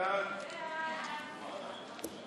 חוק הכניסה לישראל (תיקון